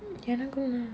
எனக்கும்தா:enakkumdhaa